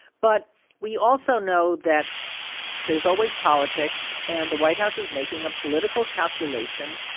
but we also know that there's always politics. and the white house is making a political calculation.